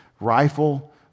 rifle